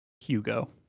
Hugo